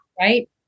Right